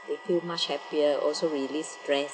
they cool much happier also release stress